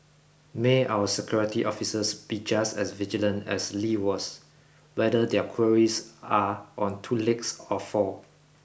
may our security officers be just as vigilant as Lee was whether their quarries are on two legs or four